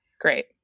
great